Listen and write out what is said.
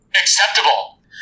Acceptable